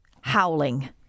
howling